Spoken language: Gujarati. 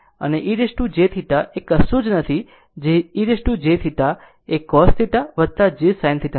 અને e jθએ કશું જ નથી જે e jθ એ cos j sin θ બરાબર છે